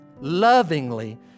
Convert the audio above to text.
lovingly